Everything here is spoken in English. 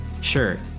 sure